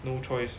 no choice